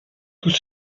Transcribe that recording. tout